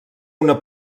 una